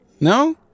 No